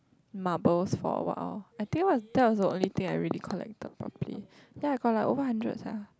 marbles for what loh I think that's the only thing I really collected properly then I collected over hundred sia